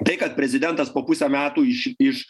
tai kad prezidentas po pusę metų iš iš